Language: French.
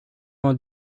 vingt